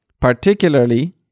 particularly